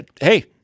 hey